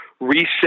reset